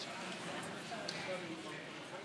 מקום המקדם ערכים של צמצום פערים בין המרכז